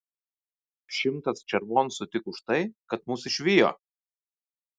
šimtas červoncų tik už tai kad mus išvijo